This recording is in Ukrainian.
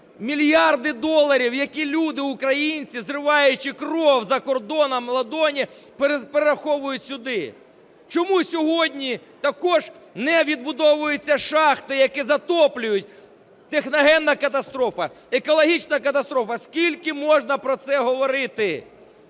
мільярди доларів, які люди українці, зриваючи в кров за кордоном ладоні, перераховують сюди? Чому сьогодні також не відбудовуються шахти, які затоплюють? Техногенна катастрофа, екологічна катастрофа. Скільки можна про це говорити?